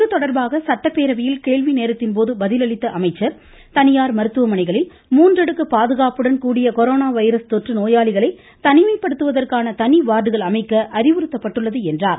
இதுதொடர்பாக சட்டப்பேரவையில் கேள்விநேரத்தின்போது பதில் அளித்த அமைச்சர் தனியார் மருத்துவமனைகளில் மூன்றடுக்கு பாதுகாப்புடன் கூடிய கொரோனா வைரஸ் தொற்று நோயாளிகளை தனிமைப்படுத்துவதற்கான தனி வார்டுகள் அமைக்க அறிவுறுத்தப்பட்டுள்ளது என்றார்